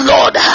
Lord